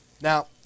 Now